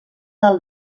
del